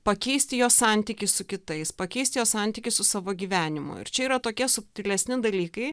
pakeisti jo santykį su kitais pakeisti jo santykį su savo gyvenimu ir čia yra tokia subtilesni dalykai